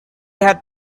had